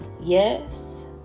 yes